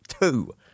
Two